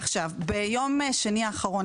ביום שני האחרון,